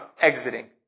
exiting